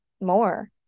more